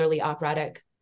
operatic